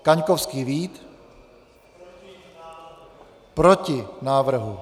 Kaňkovský Vít: Proti návrhu.